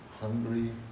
Hungry